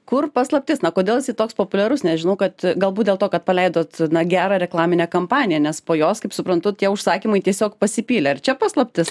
kur paslaptis na kodėl jisai toks populiarus nes žinau kad galbūt dėl to kad paleidot na gerą reklaminę kampaniją nes po jos kaip suprantu tie užsakymai tiesiog pasipylė ar čia paslaptis